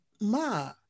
ma